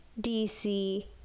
dc